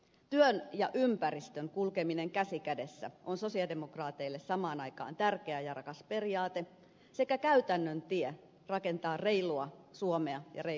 työn ja ympäristön kulkeminen käsi kädessä on sosialidemokraateille samaan aikaan tärkeä ja rakas periaate sekä käytännön tie rakentaa reilua suomea ja reilua maailmaa